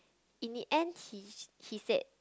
in the end he~ he said